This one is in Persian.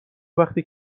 وقتی